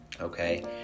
Okay